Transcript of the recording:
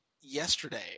yesterday